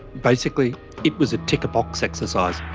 basically it was a tick-a-box exercise,